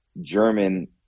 German